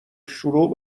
شروع